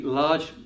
large